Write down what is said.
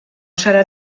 serà